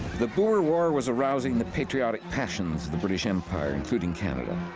the boer war was arousing the patriotic passions of the british empire including canada.